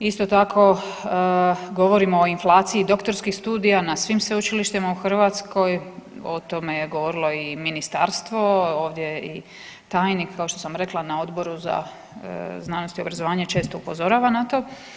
Isto tako govorimo o inflaciji doktorskih studija na svim sveučilištima u Hrvatskoj, o tome je govorilo i ministarstvo, ovdje i tajnik, kao što sam rekla na Odboru za znanost i obrazovanje i često upozoravam na to.